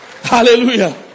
Hallelujah